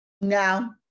No